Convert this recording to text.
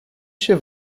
się